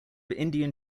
indian